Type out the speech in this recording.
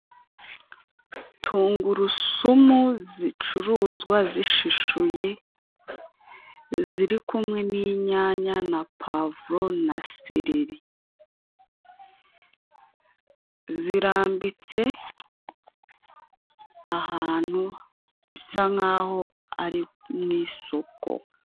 Tungurusumu zicuruzwa zishishuye, ziri kumwe ni inyanya na pavuro na sereri, zirambitse ahantu bisa nkaho ari mu isoko.